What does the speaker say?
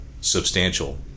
substantial